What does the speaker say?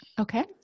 Okay